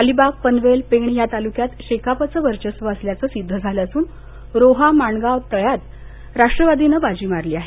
अलिबागपनवेलपेण या तालुक्यात शेकापचं वर्चस्व असल्याचं सिध्द झालं असून रोहा माणगाव तळ्यात राष्ट्रवादीने बाजी मारली आहे